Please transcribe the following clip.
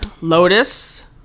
Lotus